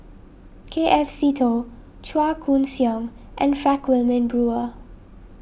K F Seetoh Chua Koon Siong and Frank Wilmin Brewer